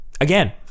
Again